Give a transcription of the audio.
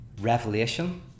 revelation